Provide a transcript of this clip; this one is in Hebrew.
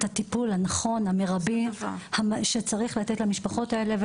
הטיפול הנכון והמרבי שצריך לתת למשפחות האלה,